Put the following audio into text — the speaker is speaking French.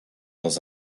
dans